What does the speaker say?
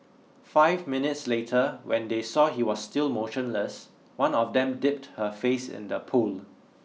five minutes later when they saw he was still motionless one of them dipped her face in the pool